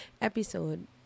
episode